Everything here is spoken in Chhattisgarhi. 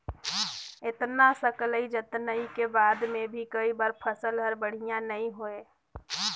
अतना सकलई जतनई के बाद मे भी कई बार फसल हर बड़िया नइ होए